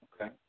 Okay